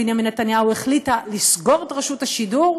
בנימין נתניהו החליטה לסגור את רשות השידור.